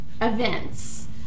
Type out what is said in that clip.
events